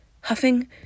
huffing